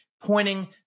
pointing